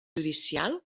judicial